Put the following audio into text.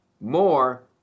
more